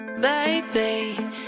Baby